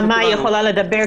אולי נעמה יכולה לדבר,